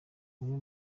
bamwe